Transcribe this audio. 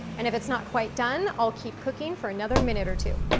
and if it's not quite done, i'll keep cooking for another minute or two.